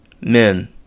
Men